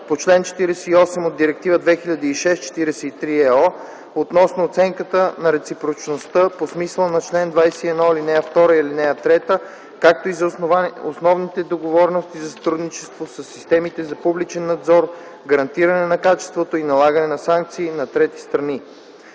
по чл. 48 от Директива 2006/43/ЕО относно оценката на реципрочността по смисъла на чл. 21, ал. 2 и ал. 3, както и за основните договорености за сътрудничество със системите за публичен надзор, гарантиране на качеството и налагане на санкции на трети страни.